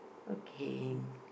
okay